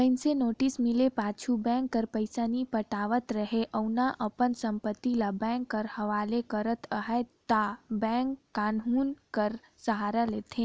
मइनसे नोटिस मिले पाछू बेंक कर पइसा नी पटावत रहें अउ ना अपन संपत्ति ल बेंक कर हवाले करत अहे ता बेंक कान्हून कर सहारा लेथे